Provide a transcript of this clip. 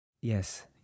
yes